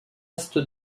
est